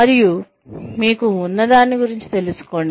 మరియు మీకు ఉన్న ప్రతి దాని గురించి తెలుసుకోండి